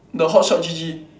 the hotshotgg